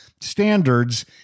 standards